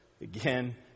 Again